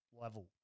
level